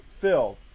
Phil